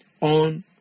on